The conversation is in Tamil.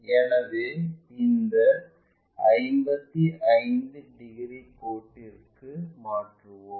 எனவே இந்த 55 டிகிரி கோட்டிற்கு மாற்றுவோம்